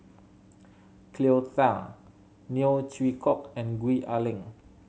Cleo Thang Neo Chwee Kok and Gwee Ah Leng